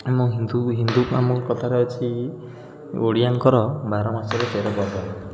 ଆମ ହିନ୍ଦୁ ହିନ୍ଦୁ ଆମର କଥାରେ ଅଛି ଓଡ଼ିଆଙ୍କର ବାରମାସରେ ତେରପର୍ବ